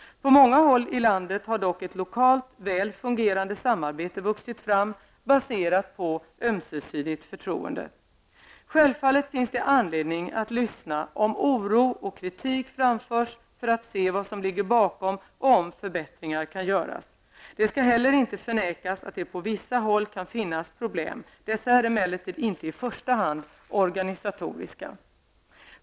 På många håll i landet har dock ett lokalt väl fungerande samarbete vuxit fram baserat på ömsesidigt förtroende. Självfallet finns det anledning att lyssna om oro och kritik framförs, för att se vad som ligger bakom och om förbättringar kan göras. Det skall inte heller förnekas att det på vissa håll kan finns problem. Dessa är emellertid inte i första hand organisatoriska.